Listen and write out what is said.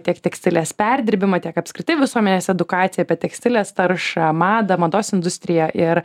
tiek tekstilės perdirbimą tiek apskritai visuomenės edukaciją apie tekstilės taršą madą mados industriją ir